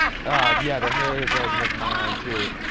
yeah, the hair is rising up on my arm too.